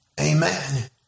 Amen